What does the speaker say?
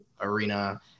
arena